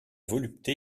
volupté